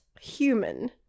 human